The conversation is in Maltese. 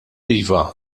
iva